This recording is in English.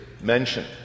mentioned